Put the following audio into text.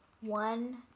one